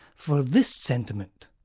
for this sentiment,